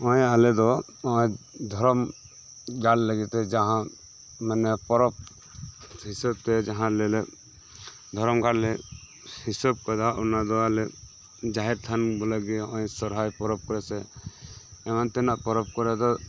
ᱱᱚᱜᱼᱚᱭ ᱟᱞᱮ ᱫᱚ ᱫᱷᱚᱨᱚᱢ ᱜᱟᱲ ᱞᱟᱜᱤᱫ ᱛᱮ ᱡᱟᱦᱟᱸ ᱢᱟᱱᱮ ᱯᱚᱨᱚᱵᱽ ᱦᱤᱥᱟᱹᱵᱽ ᱛᱮ ᱡᱟᱦᱟᱸ ᱟᱞᱮᱞᱮ ᱫᱷᱚᱨᱚᱢᱜᱟᱲ ᱞᱮ ᱦᱤᱥᱟᱹᱵᱽ ᱟᱠᱟᱫᱟ ᱚᱱᱟ ᱫᱚ ᱟᱞᱮ ᱡᱟᱦᱮᱨ ᱛᱷᱟᱱ ᱵᱚᱞᱮ ᱱᱚᱜᱼᱚᱭ ᱥᱚᱨᱦᱟᱭ ᱯᱚᱨᱚᱵᱽ ᱨᱮ ᱥᱮ ᱮᱢᱟᱱᱛᱮᱱᱟᱜ ᱯᱚᱨᱚᱵᱽ ᱠᱚᱨᱮ ᱫᱚ